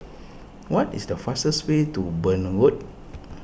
what is the fastest way to Burn Road